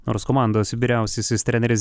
nors komandos vyriausiasis treneris